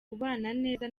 neza